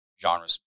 genres